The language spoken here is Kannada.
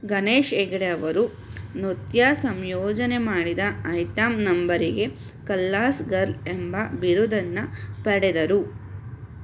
ಗಣೇಶ್ ಹೆಗಡೆ ಅವರು ನೃತ್ಯ ಸಂಯೋಜನೆ ಮಾಡಿದ ಐಟಂ ನಂಬರಿಗೆ ಖಲ್ಲಾಸ್ ಗರ್ಲ್ ಎಂಬ ಬಿರುದನ್ನು ಪಡೆದರು